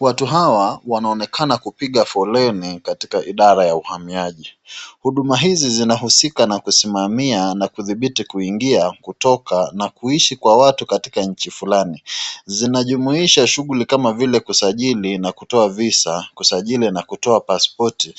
Watu hawa wanaonekana kupiga foleni katika idara ya uhamiaji. Huduma hizi zinahusika na kusimamia na kudhibiti kuingia ,kutoka na kuishi kwa watu katika nchi fulani. Zinajumuisha shughuli kama vile; kusajili na kutoa visa, kusajili na kutoa paspoti,